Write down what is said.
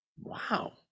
wow